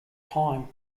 time